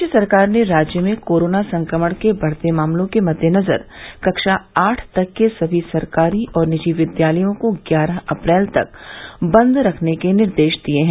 प्रदेश सरकार ने राज्य में कोरोना संक्रमण के बढ़ते मामलों के मद्देनजर कक्षा आठ तक के सभी सरकारी और निजी विद्यालयों को ग्यारह अप्रैल तक बन्द रखने के निर्देश दिये हैं